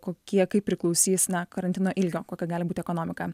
kokie kaip priklausys na karantino ilgio kokia gali būti ekonomika